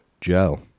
Joe